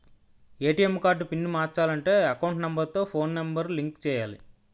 ATM card pin మార్చాలంటే account number తో phone number link చేయాలి